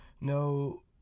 No